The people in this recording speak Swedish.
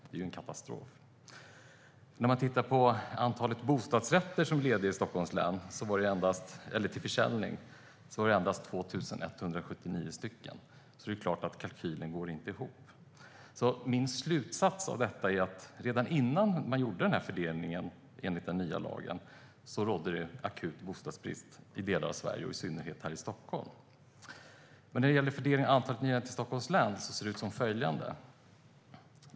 Det är ju en katastrof! När jag tittade på hur många bostadsrätter som fanns till försäljning i Stockholms län var det endast 2 179 stycken. Det är klart att kalkylen inte går ihop. Min slutsats av detta är att det rådde akut bostadsbrist i delar av Sverige, och i synnerhet här i Stockholm, redan innan man gjorde fördelningen enligt den nya lagen. När det gäller fördelningen av nyanlända till Stockholms län ser den ut som följer.